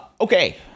Okay